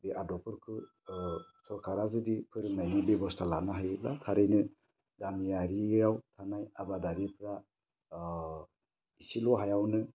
बे आदबफोरखौ सरखारा जुदि फोरोंनायनि बेबस्था लानो हायोब्ला थारैनो गामियारियाव थानाय आबादारिफ्रा इसेल' हायावनो